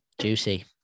Juicy